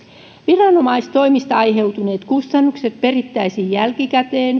viranomaistoimista aiheutuneet kustannukset perittäisiin jälkikäteen